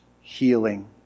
healing